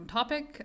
topic